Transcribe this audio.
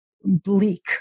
bleak